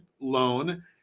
loan